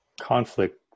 conflict